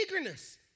eagerness